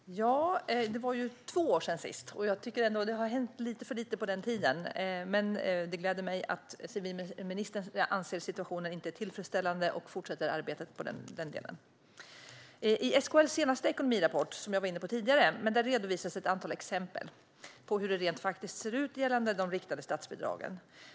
Fru talman! Ja, det var två år sedan sist. Jag tycker ändå att det har hänt lite för lite under den här tiden. Men det gläder mig att civilministern anser att situationen inte är tillfredsställande och fortsätter arbetet i den delen. I SKL:s senaste ekonomirapport, som jag var inne på tidigare, redovisas ett antal exempel på hur det rent faktiskt ser ut gällande de riktade statsbidragen.